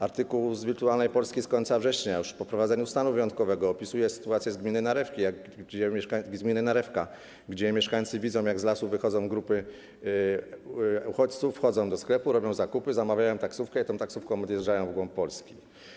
Artykuł z Wirtualnej Polski z końca września, już po wprowadzeniu stanu wyjątkowego, opisuje sytuację z gminy Narewka, gdzie mieszkańcy widzą, jak z lasu wychodzą grupy uchodźców, wchodzą do sklepu, robią zakupy, zamawiają taksówkę i tą taksówką odjeżdżają w głąb Polski.